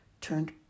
turned